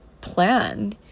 plan